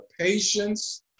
patience